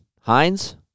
Heinz